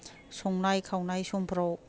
संनाय खावनाय समफोराव